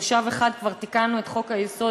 במושב אחד כבר תיקנו את חוק-היסוד